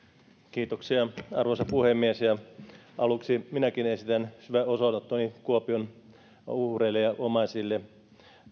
kiitoksia arvoisa puhemies aluksi minäkin esitän syvän osanottoni kuopion uhreille ja omaisille